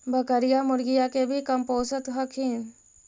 बकरीया, मुर्गीया के भी कमपोसत हखिन?